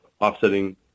offsetting